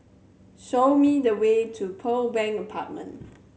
show me the way to Pearl Bank Apartment